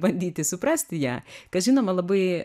bandyti suprasti ją kas žinoma labai